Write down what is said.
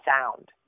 sound